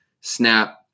Snap